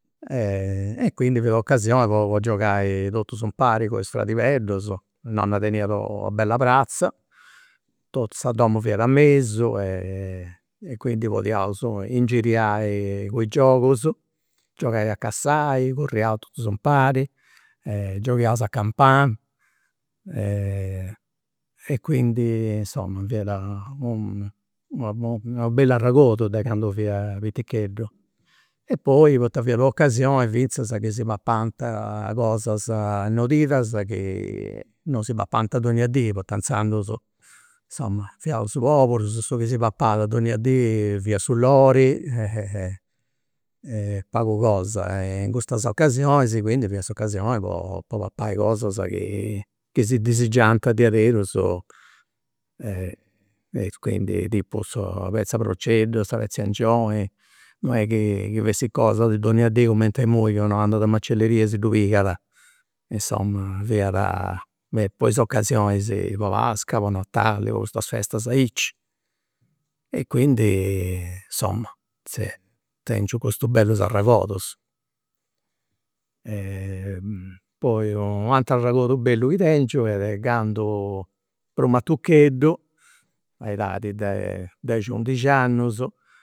E quindi fiat u' ocasioni po giogai totus impari cun is fradibeddus, nonna teniat una bella pratza, totus sa domu fiat in mesu, quindi podiaus ingiriai cu i' giogus, giogai a cassai, curriaus totus impari, gioghiaus a campana e quindi insoma fiat u un u' bell'arregordu de candu fia piticheddu e poi poita fiat u'ocasioni finzas chi si papant cosas nodidas chi non si papant donnia dì poita inzandus, fiaus poburus, su chi si papat donnia dì fiat su lori e e pagus cosas e in custas ocasionis quindi fiat s'ocasioni po papai cosas chi si disigianta diaderus e quindi tipu sa petz'e proceddu sa petz'e angioni, non est chi chi fessit cosa de donnia dì cument'est imui chi unu andat in macelleria e si ddu pigat, insoma fiat po is ocasionis, po pasca po natali po custas festas aici. E quindi insoma tengiu custus bellus arregordus. poi u' ateru arregordu bellu chi tengiu est de candu prus matucheddu, a u'edadi de dexi undixi annus